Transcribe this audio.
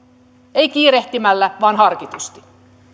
emme kiirehtimällä vaan harkitusti